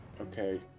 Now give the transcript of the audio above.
Okay